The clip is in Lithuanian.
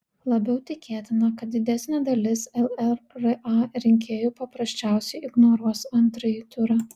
labiau tikėtina kad didesnė dalis llra rinkėjų paprasčiausiai ignoruos antrąjį turą